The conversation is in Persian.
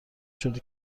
شده